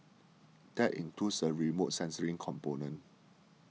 that includes a remote sensing component